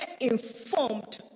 informed